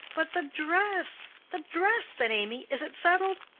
but the dress the dress, said amy is it settled?